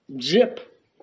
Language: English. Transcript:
Zip